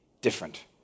different